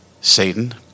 Satan